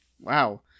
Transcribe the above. Wow